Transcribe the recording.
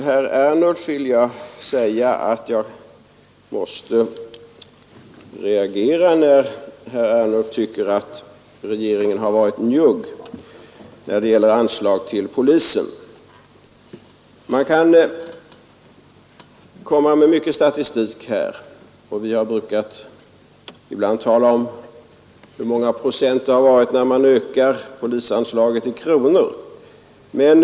Herr talman! Jag måste reagera när herr Ernulf säger att regeringen varit njugg när det gäller anslag till polisen. Man kan anföra mycket statistik på detta område. Det talas ibland om med hur många procent polisanslaget ökat i kronor räknat.